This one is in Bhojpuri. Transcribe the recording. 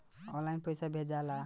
आनलाइन पइसा भेजेला कवन कवन तरीका बा?